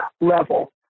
level